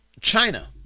China